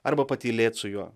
arba patylėt su juo